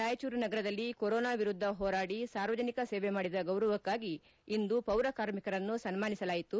ರಾಯಚೂರು ನಗರದಲ್ಲಿ ಕೊರೊನಾ ವಿರುದ್ದ ಹೋರಾಡಿ ಸಾರ್ವಜನಿಕ ಸೇವೆ ಮಾಡಿದ ಗೌರವಕ್ಷಾಗಿ ಇಂದು ಪೌರ ಕಾರ್ಮಿಕರನ್ನು ಸನ್ನಾನಿಸಲಾಯಿತು